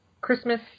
Christmas